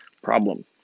problem